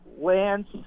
Lance